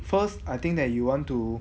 first I think that you want to